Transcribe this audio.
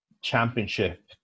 championship